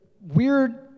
weird